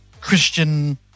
Christian